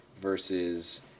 versus –